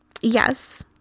Yes